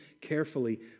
carefully